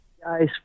guys